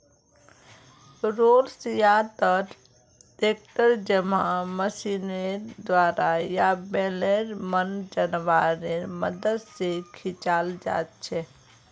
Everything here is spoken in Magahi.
रोलर्स या त ट्रैक्टर जैमहँ मशीनेर द्वारा या बैलेर मन जानवरेर मदद से खींचाल जाछे